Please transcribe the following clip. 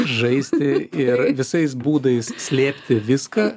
žaisti ir visais būdais slėpti viską